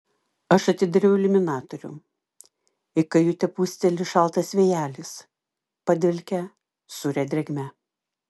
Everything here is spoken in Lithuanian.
aš atidariau iliuminatorių į kajutę pūsteli šaltas vėjelis padvelkia sūria drėgme